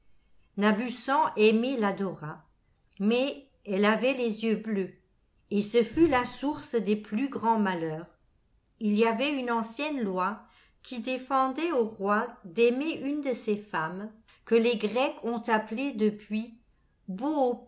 vertus nabussan aimé l'adora mais elle avait les yeux bleus et ce fut la source des plus grands malheurs il y avait une ancienne loi qui défendait aux rois d'aimer une de ces femmes que les grecs ont appelées depuis